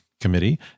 Committee